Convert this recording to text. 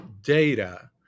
data